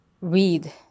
read